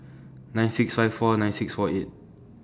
nine six five four nine six four eight